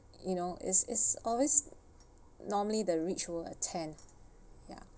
you know it's it's always normally the rich will attend ya